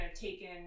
taken